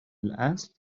الاصل